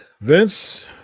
vince